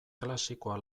klasikoa